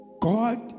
God